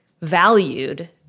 valued